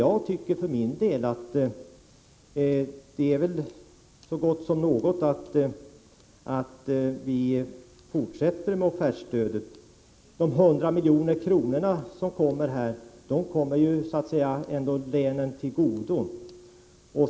Jag tycker för min del att det är nog så gott att vi fortsätter med offertstödet. De 100 milj.kr. som tillkommer kommer ju ändå länet till godo.